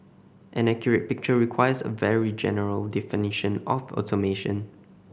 an accurate picture requires a very general definition of automation